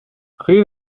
rue